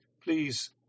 Please